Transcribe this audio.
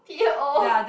P_O